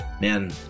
Man